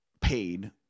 paid